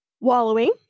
wallowing